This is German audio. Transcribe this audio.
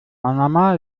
manama